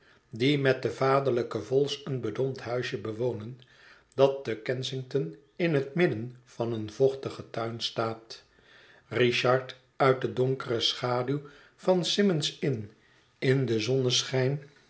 die met den vaderlijken vholes een bedompt huisje bewonen dat te kennington in het midden van een vochtigen tuin staat richard uit de donkere schaduw van symond's inn in den zonneschijn